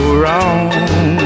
wrong